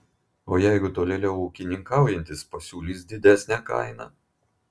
o jeigu tolėliau ūkininkaujantis pasiūlys didesnę kainą